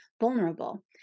vulnerable